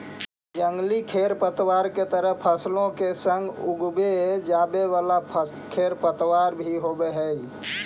जंगली खेरपतवार के तरह फसलों के संग उगवे जावे वाला खेरपतवार भी होवे हई